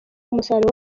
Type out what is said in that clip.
umusaruro